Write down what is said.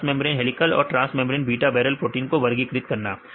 trans membrane helical और transmembrane हैं beta barrel protein को वर्गीकृत करना